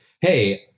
hey